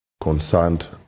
concerned